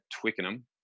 Twickenham